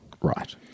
Right